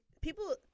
people